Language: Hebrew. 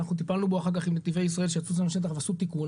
אנחנו טיפלנו בו אחר כך עם נתיבי ישראל שיצאו לשטח ועשו תיקון,